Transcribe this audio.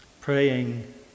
praying